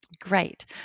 Great